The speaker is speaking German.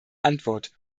antwort